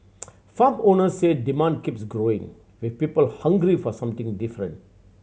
farm owners say demand keeps growing with people hungry for something different